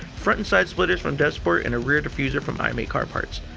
front and side splitters from devsport and a rear diffuser from miami car parts.